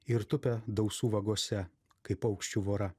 ir tupia dausų vagose kaip paukščių vora